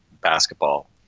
basketball